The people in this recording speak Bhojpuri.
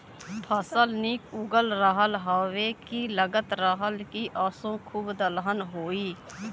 फसल निक उगल रहल हउवे की लगत रहल की असों खूबे दलहन होई